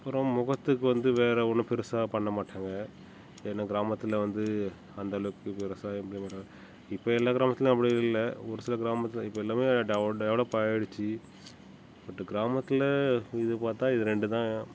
அப்புறம் முகத்துக்கு வந்து வேற ஒன்றும் பெருசாக பண்ண மாட்டாங்கள் ஏன்னா கிராமத்தில் வந்து அந்த அளவுக்கு ரசாயனம் இப்போ எல்லா கிராமத்திலையும் அப்படி இல்லை ஒரு சில கிராமத்தில் இப்போ எல்லாமே டெவ் டெவலப் ஆயிடுச்சு பட் கிராமத்தில் இது பார்த்தா இது ரெண்டுதான்